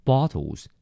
Bottles